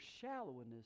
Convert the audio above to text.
shallowness